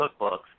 cookbooks